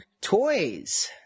Toys